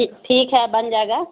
ٹھیک ٹھیک ہے بن جائے گا